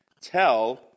Tell